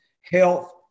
health